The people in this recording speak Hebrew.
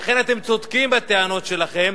לכן אתם צודקים בטענות שלכם,